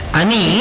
ani